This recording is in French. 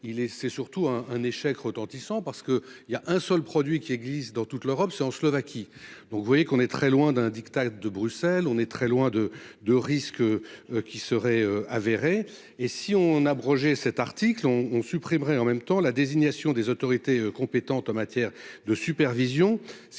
c'est surtout un un échec retentissant parce que il y a un seul produit qui existe dans toute l'Europe, c'est en Slovaquie. Donc vous voyez qu'on est très loin d'un diktat de Bruxelles. On est très loin de de risques qui serait avéré et si on abroger cet article on on supprimerait en même temps la désignation des autorités compétentes en matière de supervision,